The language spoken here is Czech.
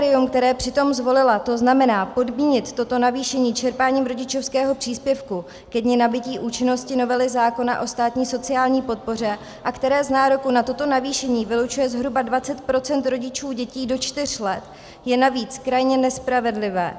Kritérium, které přitom zvolila, to znamená podmínit toto navýšení čerpáním rodičovského příspěvku ke dni nabytí účinnosti novely zákona o státní sociální podpoře, a které z nároku na toto navýšení vylučuje zhruba 20 % rodičů dětí do čtyř let, je navíc krajně nespravedlivé.